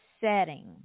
setting